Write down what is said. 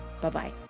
Bye-bye